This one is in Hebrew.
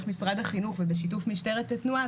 משרד החינוך ובשיתוף משטרת התנועה,